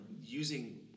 using